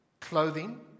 clothing